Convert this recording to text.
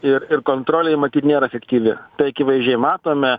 ir ir kontrolė matyt nėra efektyvi tai akivaizdžiai matome